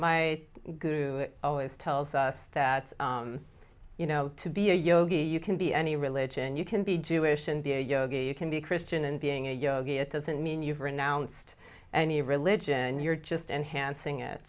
group always tells us that you know to be a yogi you can be any religion you can be jewish and be a yogi you can be a christian and being a yogi it doesn't mean you've renounced any religion you're just enhancing it